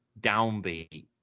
downbeat